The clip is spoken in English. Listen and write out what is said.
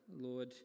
Lord